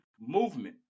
movement